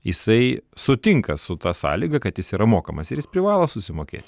jisai sutinka su ta sąlyga kad jis yra mokamas ir jis privalo susimokėt